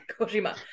Kojima